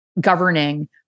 governing